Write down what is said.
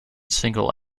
single